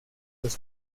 los